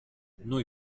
noi